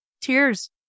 tears